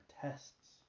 tests